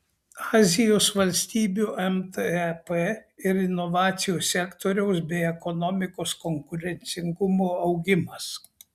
azijos valstybių mtep ir inovacijų sektoriaus bei ekonomikos konkurencingumo augimas